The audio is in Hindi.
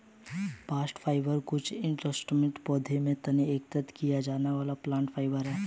बास्ट फाइबर कुछ डाइकोटाइलडोनस पौधों के तने से एकत्र किया गया प्लांट फाइबर है